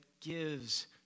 gives